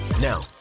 Now